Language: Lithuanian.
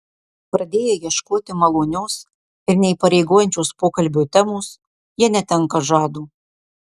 pradėję ieškoti malonios ir neįpareigojančios pokalbio temos jie netenka žado